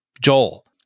Joel